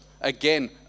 Again